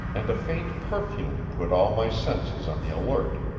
and a faint perfume put all my senses on the alert.